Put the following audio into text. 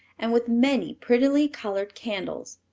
and with many prettily colored candles.